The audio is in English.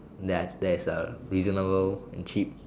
that there is a reasonable and cheap